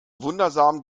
wundersamen